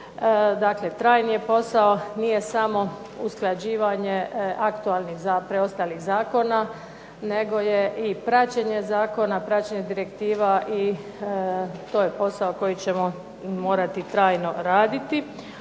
Dakle, trajni je posao, nije samo usklađivanje aktualnih za preostalih zakona nego je i praćenje zakona, praćenje direktiva i to je posao koji ćemo morati trajno raditi.